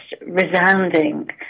resounding